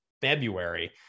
February